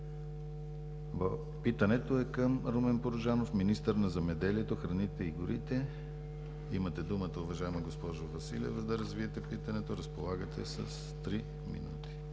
Питането е към Румен Порожанов – министър на земеделието, храните и горите. Имате думата, уважаема госпожо Василева, да развиете питането. Разполагате с три минути.